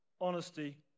Honesty